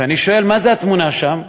ואני שואל: מה זה התמונה שם?